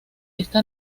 esta